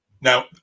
Now